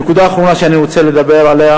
הנקודה האחרונה שאני רוצה לדבר עליה